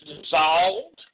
dissolved